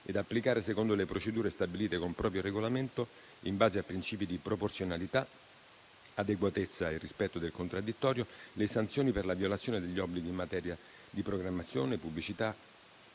ed applicare, secondo le procedure stabilite con proprio regolamento e in base a principi di proporzionalità, adeguatezza e rispetto del contraddittorio, le sanzioni per la violazione degli obblighi in materia di programmazione, pubblicità